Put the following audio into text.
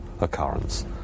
occurrence